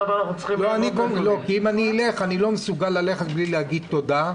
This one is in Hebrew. לא, אם אני אלך אני לא מסוגל ללכת בלי להגיד תודה.